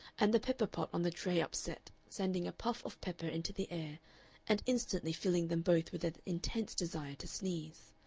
and the pepper-pot on the tray upset, sending a puff of pepper into the air and instantly filling them both with an intense desire to sneeze.